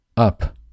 up